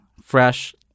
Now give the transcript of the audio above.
fresh